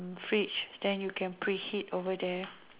fridge then you can preheat over there